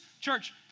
church